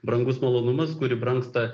brangus malonumas kuri brangsta